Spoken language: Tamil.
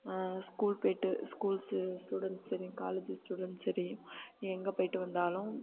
ஸ்கூல் போய்விட்டு ஸ்கூல்ஸ் ஸ்டூடெண்ட்ஸ் சரி காலேஜ் ஸ்டூடெண்ட்ஸ்ம் சரி நீ எங்கே போய்விட்டு வந்தாலும்